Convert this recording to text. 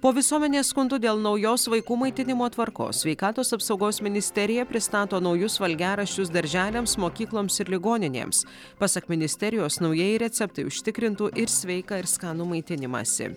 po visuomenės skundų dėl naujos vaikų maitinimo tvarkos sveikatos apsaugos ministerija pristato naujus valgiaraščius darželiams mokykloms ir ligoninėms pasak ministerijos naujieji receptai užtikrintų ir sveiką ir skanų maitinimąsi